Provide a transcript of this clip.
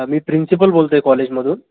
मी principal बोलतो आहे कॉलेजमधून